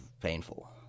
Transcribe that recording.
painful